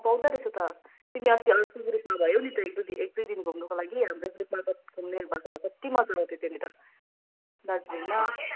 पाउँदरहेछ त तिमी अस्ति अर्कै ग्रुपमा भयौ नि त एकदुई दिन एकदुई दिन घुम्नुको लागि पनि हाम्रै ग्रुपमा घुम्ने भएको भए कति मजा आउँथ्यो त्यहाँनिर दार्जिलिङमा